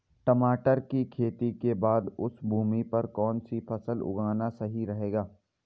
टमाटर की खेती के बाद उस भूमि पर कौन सी फसल उगाना सही रहेगा?